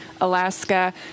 Alaska